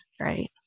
right